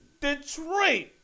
Detroit